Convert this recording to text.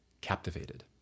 captivated